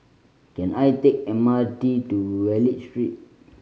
can I take the M R T to Wallich Street